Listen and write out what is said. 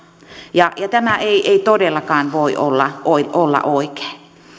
ja tämä ei ei todellakaan voi olla voi olla oikein